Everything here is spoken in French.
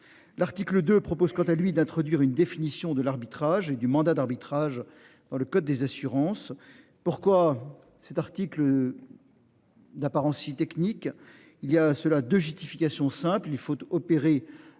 l'article 2 propose quant à lui d'introduire une définition de l'arbitrage et du mandat d'arbitrage dans le code des assurances. Pourquoi cet article. D'apparence si technique il y a cela de JT fication simple il faut opérer